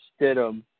Stidham